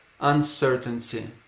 uncertainty